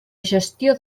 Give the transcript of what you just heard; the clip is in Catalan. gestió